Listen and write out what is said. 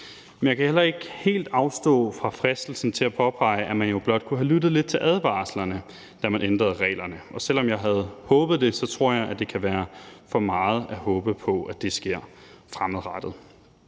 Jeg kan heller ikke helt afstå fra fristelsen til at påpege, at man jo blot kunne have lyttet lidt til advarslerne, da man ændrede reglerne. Selv om jeg havde håbet det, tror jeg, at det kan være for meget at håbe på, at det sker fremadrettet,